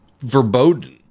verboten